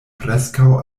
preskaŭ